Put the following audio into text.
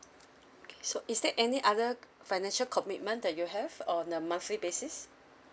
okay so is there any other c~ financial commitment that you have on a monthly basis